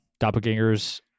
doppelgangers